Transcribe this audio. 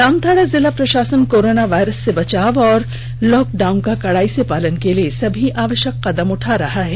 जामताड़ा जिला प्रषासन corona virus से बचाव और लॉकडाउन का कड़ाई से पालन के लिए सभी आवष्यक कदम उठा रहा है